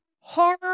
horror